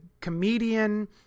comedian